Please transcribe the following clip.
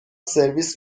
سرویس